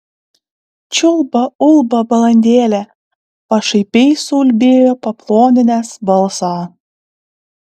čiulba ulba balandėlė pašaipiai suulbėjo paploninęs balsą